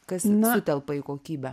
kas sutelpa į kokybę